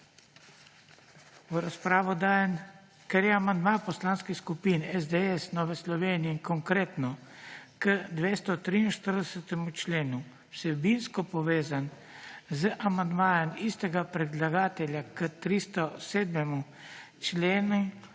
razpravo. Ker je amandma poslanskih skupin SDS, Nove Slovenije in Konkretno k 243. členu vsebinsko povezan z amandmajem istega predlagatelja k 307. členu,